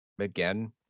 again